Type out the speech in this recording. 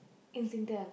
in Singtel